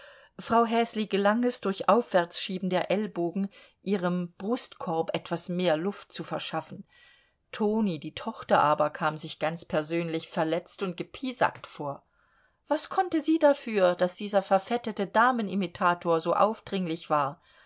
frau häsli gelang es durch aufwärtsschieben der ellbogen ihrem brustkorb etwas mehr luft zu verschaffen toni die tochter aber kam sich ganz persönlich verletzt und gepiesackt vor was konnte sie dafür daß dieser verfettete damenimitator so aufdringlich war